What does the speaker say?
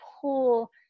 pull